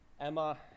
Emma